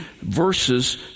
verses